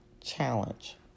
challenge